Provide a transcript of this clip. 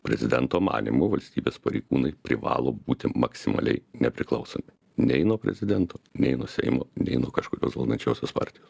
prezidento manymu valstybės pareigūnai privalo būti maksimaliai nepriklausomi nei nuo prezidento nei nuo seimo nei nuo kažkokios valdančiosios partijos